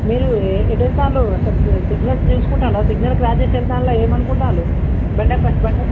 మీరు ఎటు వెళ్తున్నారు అసలు సిగ్నల్స్ చూసుకుంటున్నారా సిగ్నల్ క్రాస్ చేసి వెళ్తారా ఏమనుకుంటున్నారు బండి ఆపు ఫస్ట్ బండి ఆపు